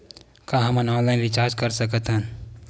का हम online recharge कर सकत हन?